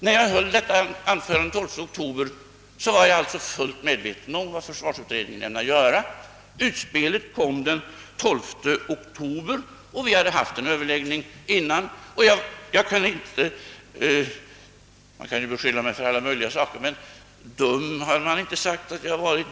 När jag höll detta an förande den 9 oktober var jag alltså fullt medveten om vad försvarsutredningen ämnade göra. Utspelet kom den 12 oktober. Man kan beskylla mig för allt möjligt, men direkt dum har ingen sagt att jag är.